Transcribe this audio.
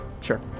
Sure